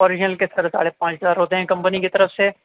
original کے ساڑھے پانچ ہزار ہوتے ہیں کمپنی کی طرف سے